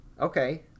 Okay